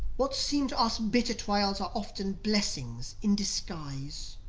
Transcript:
what seem to us bitter trials are often blessings in disguise.